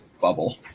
bubble